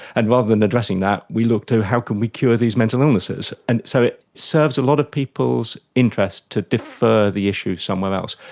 and rather than addressing that we look to how can we cure these mental illnesses. and so it serves a lot of people's interest to defer the issue somewhere else.